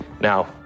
Now